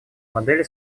модели